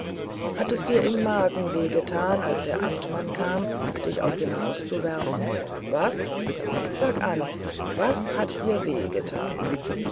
hat es dir im magen wehe getan als der amtmann kam dich aus dem haus zu werfen was sag an was hat dir